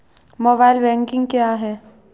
Mobile banking क्या है?